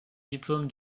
diplôme